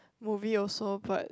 movie also but